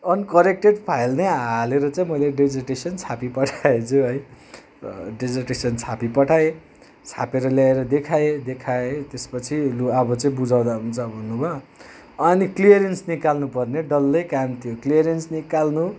uncorrected file नै हालेर चाहिँ मैले डेजर्टेसन छापी पठाएछु है डेजर्टेसन छापी पठाएँ छापेर ल्याएर देखाएँ देखाएँ त्यसपछि लु अब चाहिँ बुझाउँदा हुन्छ भन्नु भयो अनि क्लियरेन्स निकाल्नु पर्ने डल्लै काम थियो क्लियरेन्स निकाल्नु